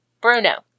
Bruno